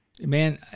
Man